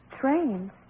Trains